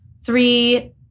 three